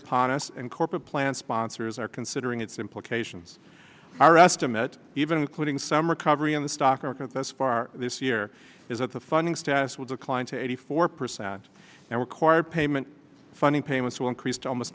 upon us and corporate plan sponsors are considering its implications our estimate even including some recovery in the stock market thus far this year is that the funding status will decline to eighty four percent and require payment funding payments will increase to almost